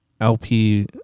LP